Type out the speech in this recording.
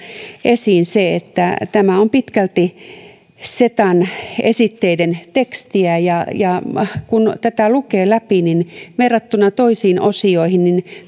esiin se että tämä on pitkälti setan esitteiden tekstiä kun tätä lukee läpi niin verrattuna toisiin osioihin